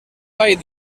vall